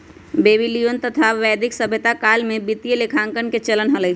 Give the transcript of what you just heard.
Babylonian तथा वैदिक सभ्यता काल में वित्तीय लेखांकन के चलन हलय